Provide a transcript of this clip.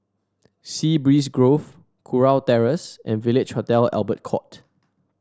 Sea Breeze Grove Kurau Terrace and Village Hotel Albert Court